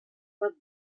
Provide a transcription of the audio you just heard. pot